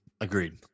Agreed